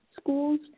schools